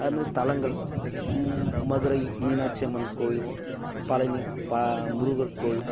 அது மாதிரி தளங்கள் மதுரை மீனாட்சி அம்மன் கோயில் பழனி ப முருகர் கோயில்